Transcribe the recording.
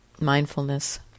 mindfulness